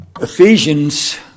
Ephesians